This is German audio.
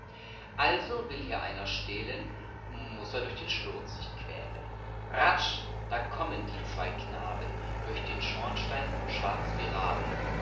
also will hier einer stehlen muß er durch den schlot sich quälen illustration schwarz wie raben ratsch da kommen die zwei knaben durch den schornstein schwarz wie raben